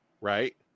Right